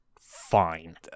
fine